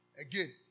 again